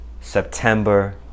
September